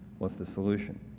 was the solution.